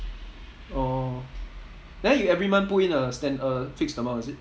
oh then you every month put in a stand~ a fixed amount is it